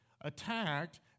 attacked